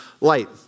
light